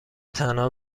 تنها